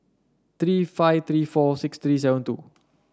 three five three four six three seven two